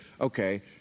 okay